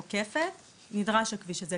לשם כך נדרש הכביש הזה.